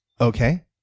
Okay